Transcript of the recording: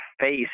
face